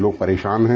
लोग परेशान हैं